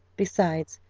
besides,